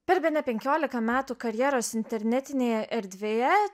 per bene penkiolika metų karjeros internetinėje erdvėje